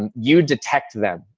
and you detect them.